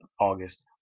August